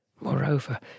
Moreover